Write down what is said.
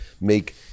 make